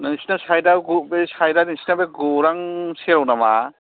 नोंसोरना सायद आ बे सायद आ नोंसोरना बे गौरां सेराव नामा